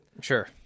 Sure